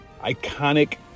iconic